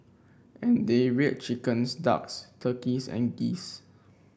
and they reared chickens ducks turkeys and geese